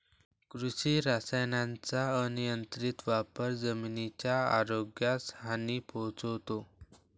कृषी रसायनांचा अनियंत्रित वापर जमिनीच्या आरोग्यास हानी पोहोचवतो